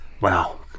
Wow